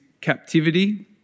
captivity